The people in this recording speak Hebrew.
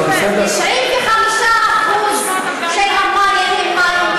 95% מהמים הם מים